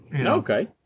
Okay